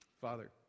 Father